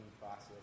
process